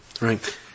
right